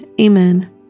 Amen